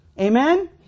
Amen